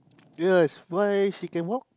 yes why she can walk